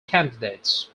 candidates